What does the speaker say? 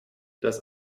das